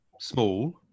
Small